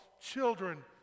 children